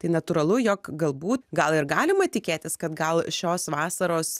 tai natūralu jog galbūt gal ir galima tikėtis kad gal šios vasaros